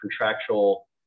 contractual